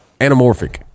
anamorphic